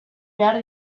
behar